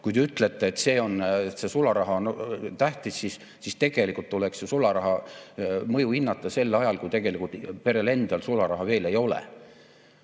Kui te ütlete, et see sularaha on tähtis, siis tegelikult tuleks ju sularaha mõju hinnata sel ajal, kui perel endal sularaha veel ei ole.